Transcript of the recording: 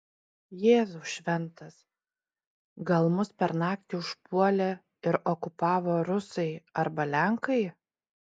jėzau šventas gal mus per naktį užpuolė ir okupavo rusai arba lenkai